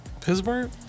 Pittsburgh